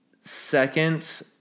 second